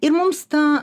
ir mums ta